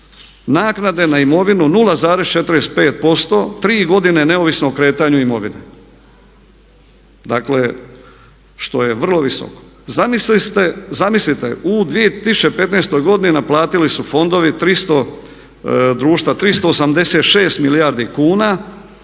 naknade na imovinu 0,45%, 3 godine neovisno o kretanju imovine. Dakle što je vrlo visoko. Zamislite u 2015. godini naplatili su fondovi 300, društva 386 milijardi kuna